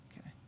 Okay